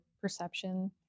perception